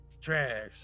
trash